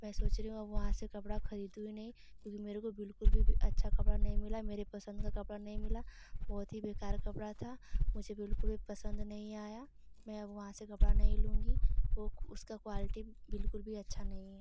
मैं सोच रही हूँ अब वहाँ से कपड़ा खरीदूँ ही नही क्योंकि मेरे को बिल्कुल भी अच्छा कपड़ा नहीं मिला मेरे पसंद का कपड़ा नहीं मिला बहुत ही बेकार कपड़ा था मुझे बिल्कुल भी पसंद नहीं आया मैं अब वहाँ से कपड़ा नही लूँगी वो उसका क्वालिटी बिल्कुल भी अच्छा नहीं है